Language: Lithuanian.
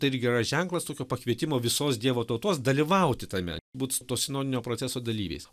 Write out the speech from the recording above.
tai irgi yra ženklas tokio pakvietimo visos dievo tautos dalyvauti tame būt to sinodinio proceso dalyviais